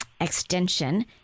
extension